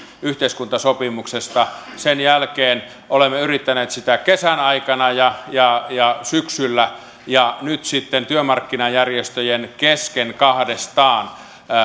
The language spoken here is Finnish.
yhteiskuntasopimuksesta sen jälkeen olemme yrittäneet sitä kesän aikana ja ja syksyllä ja nyt sitten työmarkkinajärjestöjen kesken kahdestaan